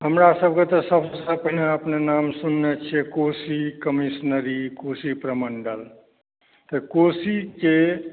हमरासभकेँ तऽ सभसे पहिने अपने नाम सुनने छियै कोशी कमिश्नरी कोशी प्रमण्डल तऽ कोशीके